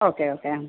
okay okay ആ